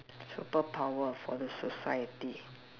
superpower for the society